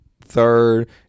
third